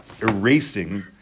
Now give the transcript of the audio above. erasing